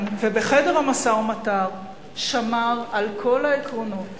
ובחדר המשא-ומתן שמר על כל העקרונות